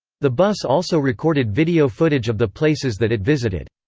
the bus also recorded video footage of the places that it visited.